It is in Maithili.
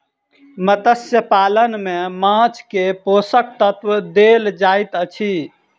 मत्स्य पालन में माँछ के पोषक तत्व देल जाइत अछि